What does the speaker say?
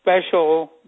special